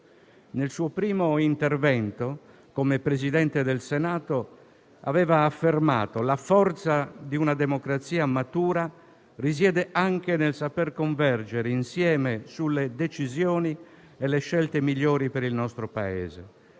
Nel suo primo intervento come Presidente del Senato aveva affermato: la forza di una democrazia matura risiede anche nel saper convergere insieme sulle decisioni e le scelte migliori per il nostro Paese,